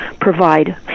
provide